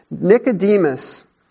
Nicodemus